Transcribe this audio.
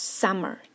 summer